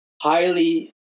highly